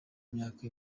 myaka